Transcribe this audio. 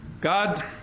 God